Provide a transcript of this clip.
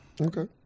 Okay